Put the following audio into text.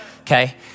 Okay